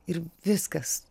ir viskas